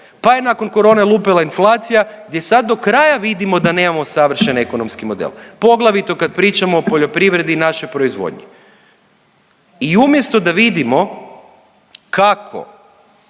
pa je nakon korone lupila inflacija gdje sad do kraja vidimo da nemamo savršen ekonomski model poglavito kad pričamo o poljoprivredi i našoj proizvodnji. I umjesto da vidimo kako